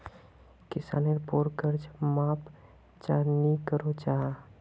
किसानेर पोर कर्ज माप चाँ नी करो जाहा?